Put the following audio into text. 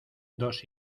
dos